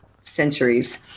centuries